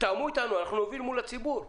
תתאמו איתנו, אנחנו עובדים מול הציבור.